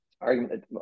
argument